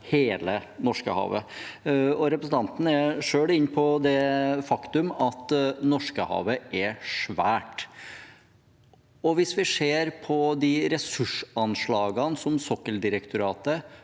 hele Norskehavet. Representanten er selv inne på det faktum at Norskehavet er svært. Hvis vi ser på de ressursanslagene som Sokkeldirektoratet